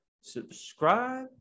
subscribe